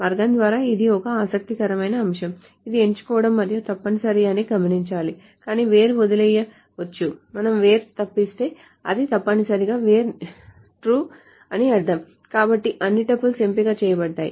మార్గం ద్వారా ఇది ఒక ఆసక్తికరమైన అంశం ఇది ఎంచుకోవడం మరియు తప్పనిసరి అని గమనించాలి కానీ WHERE వదిలివేయ వచ్చు మనం where తప్పిస్తే అది తప్పనిసరిగా where నిజం అని అర్థం కాబట్టి అన్ని టపుల్స్ ఎంపిక చేయబడ్డాయి